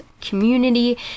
community